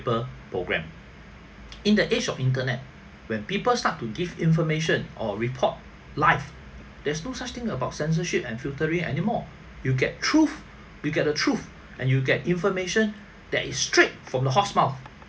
per program in the age of internet when people start to give information or report live there's no such thing about censorship and filtering anymore you'll get truth we get the truth and you'll get information that is straight from the horse mouth